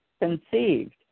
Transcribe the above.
conceived